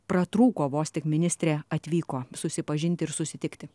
pratrūko vos tik ministrė atvyko susipažinti ir susitikti